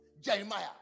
Jeremiah